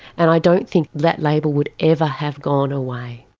and i don't think that label would ever have gone away.